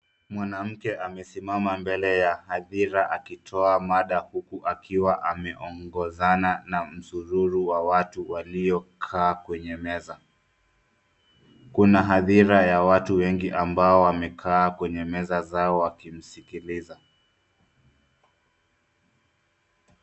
Mwanamke amesimama mbele ya hadhira; akitoa mada huku akiwa ameongoza na msururu watu walio kaa kwenye meza. Kuna hadhira ya watu wengi wamekaa kwenye meza zao wakimsikiliza.